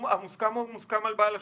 המוסכם מוסכם על בעל השליטה.